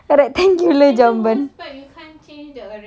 rectangular jamban